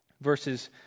verses